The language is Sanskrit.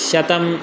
शतम्